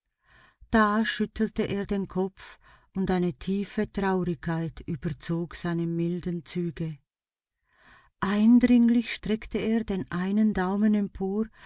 da schüttelte er den kopf und eine tiefe traurigkeit überzog seine milden züge eindringlich streckte er den einen daumen empor